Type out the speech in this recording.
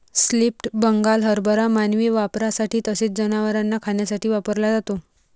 split Bengal हरभरा मानवी वापरासाठी तसेच जनावरांना खाण्यासाठी वापरला जातो